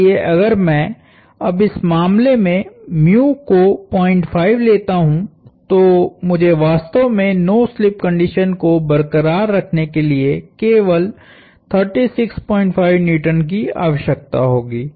इसलिए अगर मैं अब इस मामले में को 05 लेता हूं तो मुझे वास्तव में नो स्लिप कंडीशन को बरकरार रखने के लिए केवल 365N की आवश्यकता होगी